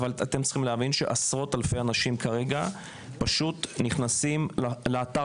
אבל אתם צריכים להבין שעשרות אלפי אנשים כרגע פשוט נכנסים לאתרי